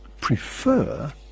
prefer